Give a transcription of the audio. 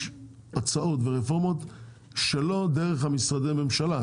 הצעות ורפורמות שלא דרך משרדי הממשלה,